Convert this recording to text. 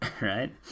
right